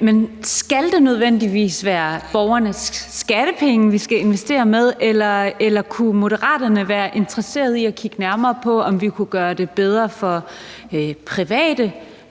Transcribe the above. Men skal det nødvendigvis være borgernes skattepenge, vi skal investere med, eller kunne Moderaterne være interesseret i at kigge nærmere på, om vi kunne gøre det bedre for private, for